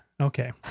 Okay